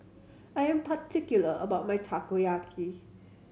I'm particular about my Takoyaki